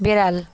বেড়াল